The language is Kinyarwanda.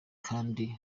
kandi